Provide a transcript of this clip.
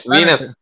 Venus